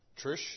Trish